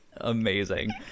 amazing